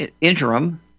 interim